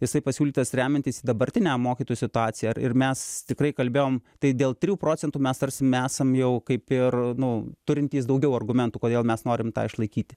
jisai pasiūlytas remiantis į dabartinę mokytojų situaciją ir ir mes tikrai kalbėjom tai dėl trijų procentų mes tarsi esam jau kaip ir nu turintys daugiau argumentų kodėl mes norim tą išlaikyti